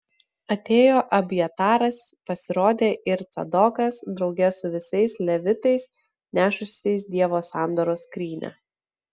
atėjo abjataras pasirodė ir cadokas drauge su visais levitais nešusiais dievo sandoros skrynią